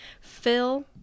Phil